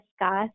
discuss